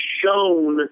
shown